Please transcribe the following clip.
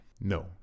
No